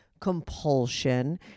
compulsion